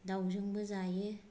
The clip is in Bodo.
दाउजोंबो जायो